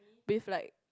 with like